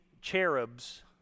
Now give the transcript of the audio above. cherubs